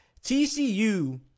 TCU